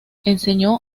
enseñó